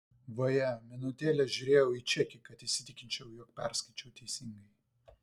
vaje minutėlę žiūrėjau į čekį kad įsitikinčiau jog perskaičiau teisingai